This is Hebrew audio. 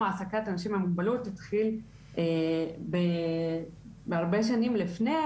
העסקת אנשים עם מוגבלות התחיל בהרבה שנים לפני,